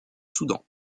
soudan